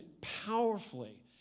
powerfully